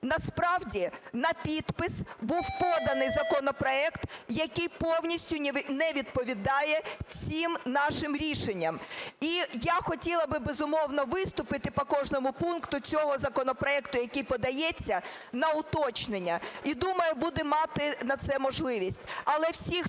Насправді на підпис був поданий законопроект, який повністю не відповідає цим нашим рішенням. І я хотіла б, безумовно, виступити по кожному пункту цього законопроекту, який подається на уточнення, і думаю, буду мати на це можливість.